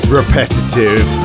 repetitive